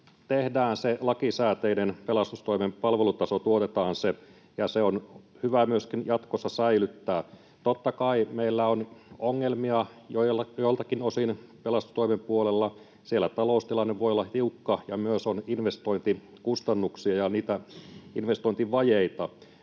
lakisääteinen pelastustoimen palvelutaso, tuotetaan se, ja se on hyvä myöskin jatkossa säilyttää. Totta kai meillä on ongelmia joiltakin osin pelastustoimen puolella. Siellä taloustilanne voi olla tiukka ja myös on investointikustannuksia ja niitä investointivajeita.